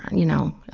you know,